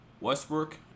Westbrook